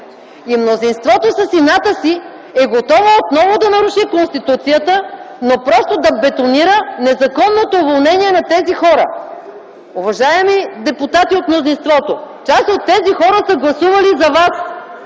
Мнозинството с ината си е готово отново да наруши Конституцията, но просто да бетонира незаконното уволнение на тези хора. Уважаеми депутати от мнозинството, част от тези хора са гласували за вас!